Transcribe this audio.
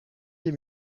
des